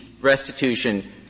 restitution